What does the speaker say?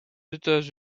états